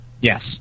Yes